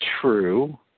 true